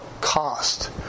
cost